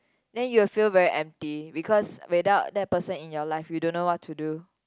then you'll feel very empty because without that person in your life you don't know what to do